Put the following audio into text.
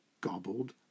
gobbled